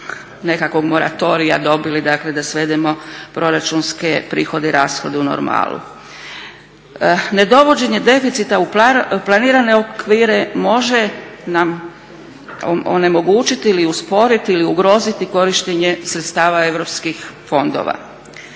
nekakvog moratorija dobili da svedemo proračunske prihode i rashode u normalu. Ne dovođenje deficita u planirane okvire može nam onemogućiti ili usporiti ili ugroziti korištenje sredstava europskih fondova.